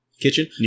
Kitchen